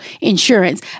insurance